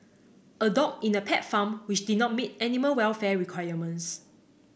a dog in a pet farm which did not meet animal welfare requirements